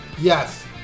Yes